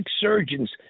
surgeons